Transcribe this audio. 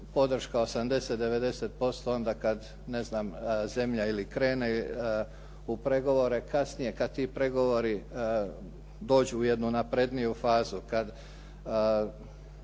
podrška 80, 90% onda kada ne znam zemlja ili krene u pregovore. Kasnije kada ti pregovori dođu u jednu napredniju fazu, kada